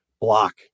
block